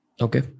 Okay